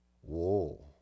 Whoa